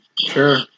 Sure